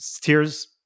Tears